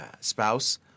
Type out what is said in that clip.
spouse